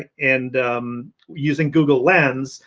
and using google lens,